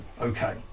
Okay